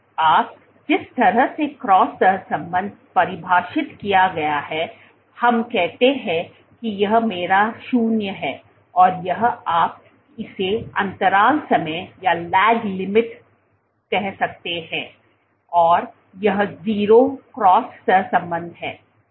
अब जिस तरह से क्रॉस सहसंबंध परिभाषित किया गया है हम कहते हैं कि यह मेरा 0 है और यह आप इसे अंतराल समय कह सकते हैं और यह 0 क्रॉस सहसंबंध है